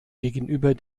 gegenüber